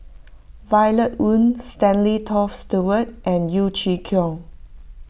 Violet Oon Stanley Toft Stewart and Yeo Chee Kiong